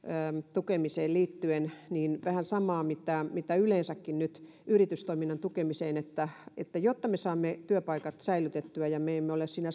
tukemiseen liittyen vähän samaa mitä yleensäkin yritystoiminnan tukemiseen että että jotta me saamme työpaikat säilytettyä ja me emme olisi siinä